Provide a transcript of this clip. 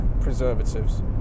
preservatives